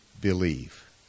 believe